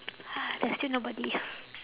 there's still nobody